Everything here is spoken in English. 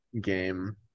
game